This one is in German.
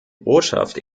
botschaft